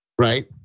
right